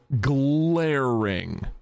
glaring